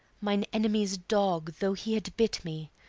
mine enemy's dog, though he had bit me,